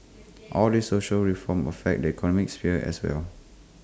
all the social reforms affect the economic sphere as well